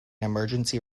emergency